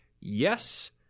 yes